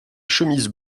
chemises